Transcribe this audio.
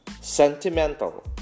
sentimental